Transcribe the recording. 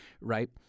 right